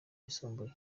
yisumbuye